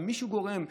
ומי שגורם,